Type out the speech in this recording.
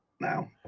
now